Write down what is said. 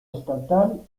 estatal